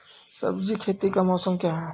सब्जी खेती का मौसम क्या हैं?